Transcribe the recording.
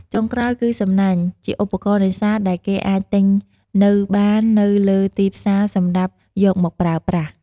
ចុងក្រោយគឺ សំណាញ់ជាឧបករណ៍នេសាទដែលគេអាចទិញនៅបាននៅលើទីផ្សារសម្រាប់យកមកប្រើប្រាស់។